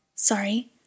Sorry